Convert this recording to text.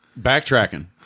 Backtracking